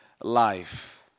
life